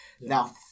Now